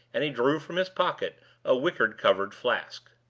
and he drew from his pocket a wicker-covered flask.